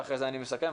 ואחרי זה אני מסכם.